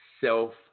self